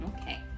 Okay